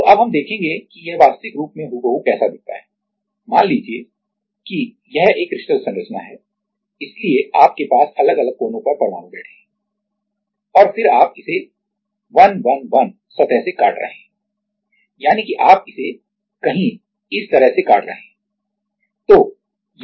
तो अब हम देखेंगे कि यह वास्तविक रूप में हुबहू कैसा दिखता है मान लीजिए कि यह एक क्रिस्टल संरचना है इसलिए आपके पास अलग अलग कोनों पर परमाणु बैठे हैं और फिर आप इसे 111 सतह से काट रहे हैं यानी कि आप इसे कहीं इस तरह से काट रहे हैं